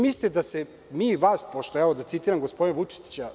Misliste da se mi vas plašimo, da citiram gospodina Vučića?